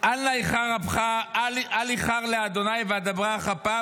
"יאמר אל נא יחר לאדני ואדברה אך הפעם,